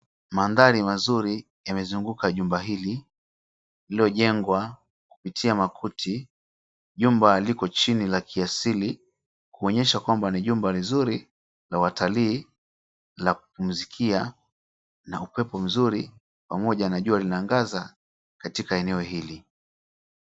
Maandhari mazuri yamezunguka jumba hili lililojengwa kupitia makuti. Jumba liko chini la kiasili kuonyesha kwamba ni jumba lizuri la watalii la kupumzikia na upepo mzuri pamoja na jua linaangaza katika eneo hili.